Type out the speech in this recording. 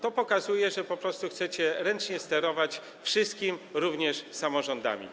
To pokazuje, że po prostu chcecie ręcznie sterować wszystkim, również samorządami.